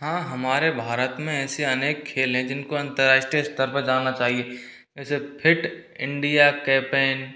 हाँ हमारे भारत में ऐसे अनेक खेल है जिनको जिनको अंतर्राष्ट्रीय स्तर पर जाना चाहिए जैसे फिट इंडिया कैपेन